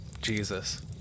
Jesus